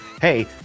Hey